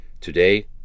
Today